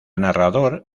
narrador